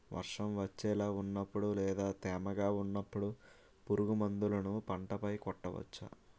వర్షం వచ్చేలా వున్నపుడు లేదా తేమగా వున్నపుడు పురుగు మందులను పంట పై కొట్టవచ్చ?